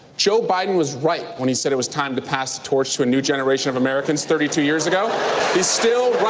joe biden was right when he said it was time to pass the torch to a new generation of americans thirty two years ago. he's still